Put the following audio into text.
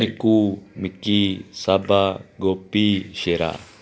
Nikku Mikki Saba Gopi Shera